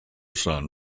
son